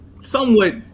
Somewhat